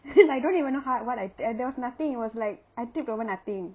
I don't even know how I what I there there was nothing it was like I tripped over nothing